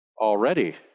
already